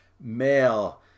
male